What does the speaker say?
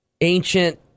ancient